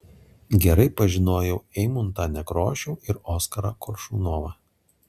gerai pažinojau eimuntą nekrošių ir oskarą koršunovą